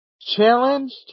challenged